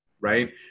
right